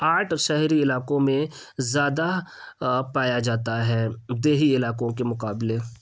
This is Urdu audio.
آرٹ شہری علاقوں میں زیادہ پایا جاتا ہے دیہی علاقوں کے مقابلے